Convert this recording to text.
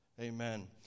Amen